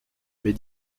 mais